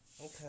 Okay